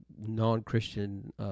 non-Christian